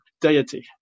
deity